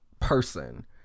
person